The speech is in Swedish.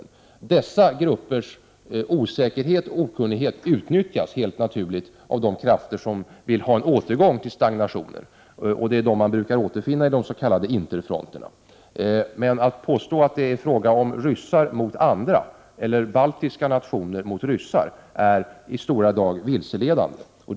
Helt naturligt utnyttjas dessa gruppers osäkerhet och okunnighet av de krafter som vill ha en återgång till stagnationen. De här människorna brukar återfinnas bland de s.k. interfronterna. Att påstå att ryssar skulle stå mot andra eller att baltiska nationer skulle stå mot ryssar är i stora drag ett vilseledande påstående.